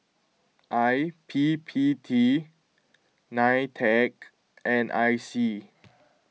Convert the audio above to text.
I P P T nine Tec and I C